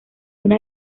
una